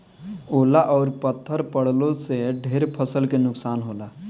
ओला अउर पत्थर पड़लो से ढेर फसल के नुकसान होला